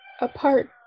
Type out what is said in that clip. apart